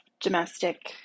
domestic